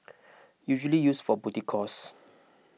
usually used for booty calls